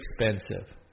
expensive